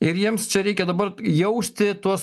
ir jiems čia reikia dabar jausti tuos